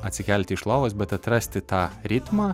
atsikelti iš lovos bet atrasti tą ritmą